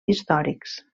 històrics